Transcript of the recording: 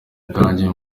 bwanjye